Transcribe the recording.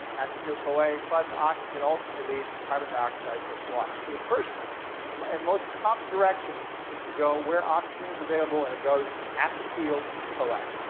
acetyl-coa plus oxygen ultimately leads to carbon dioxide plus water. so the first and most common direction is to go where oxygen is available and it goes to acetyl-coa.